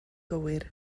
gywir